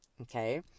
Okay